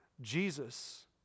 Jesus